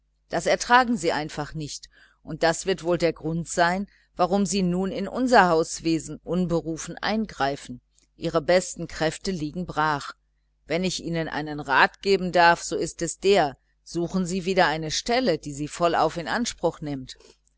das ertragen sie einfach nicht und das wird wohl der grund sein warum sie nun in unser hauswesen unberufen eingreifen ihre besten kräfte liegen brach wenn ich ihnen einen rat geben darf so ist es der suchen sie wieder eine stelle und zwar eine solche die sie vollauf in anspruch nimmt